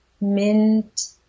mint